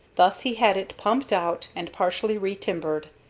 thus he had it pumped out and partially retimbered.